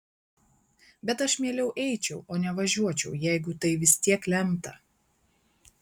bet aš mieliau eičiau o ne važiuočiau jeigu tai vis tiek lemta